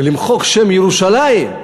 ולמחוק שם ירושלים,